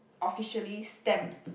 officially stamp